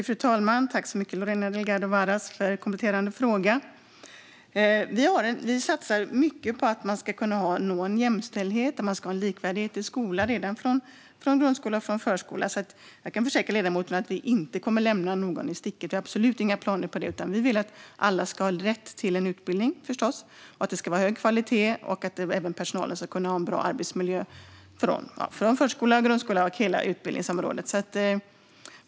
Fru talman! Tack, Lorena Delgado Varas, för den kompletterande frågan. Vi satsar mycket för att man ska kunna nå jämställdhet och ha en likvärdig skola redan från grundskolan och förskolan, så jag kan försäkra ledamoten om att vi inte kommer att lämna någon i sticket. Vi har absolut inga planer på det. Vi vill förstås att alla ska ha rätt till en utbildning och att det ska vara hög kvalitet och även att personalen ska ha en bra arbetsmiljö, från förskola och grundskola, i hela utbildningsområdet.